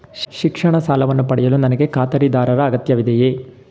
ಶಿಕ್ಷಣ ಸಾಲವನ್ನು ಪಡೆಯಲು ನನಗೆ ಖಾತರಿದಾರರ ಅಗತ್ಯವಿದೆಯೇ?